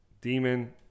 demon